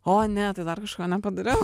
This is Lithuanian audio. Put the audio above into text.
o ne tai dar kažką nepadariau